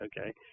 okay